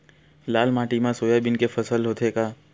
लाल माटी मा सोयाबीन के फसल होथे का?